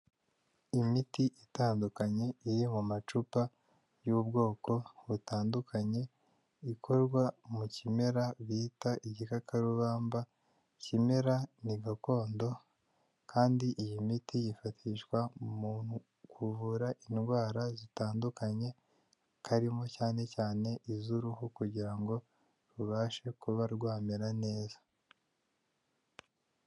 Imiti itandukanye, iri mu macupa y'ubwoko butandukanye, ikorwa mu kimera bita igikakarubamba, ikimera ni gakondo, kandi iyi miti yifashishwa umuntu kuvura indwara zitandukanye, harimo cyane cyane iz'uruhu, kugira ngo rubashe kuba rwamera neza.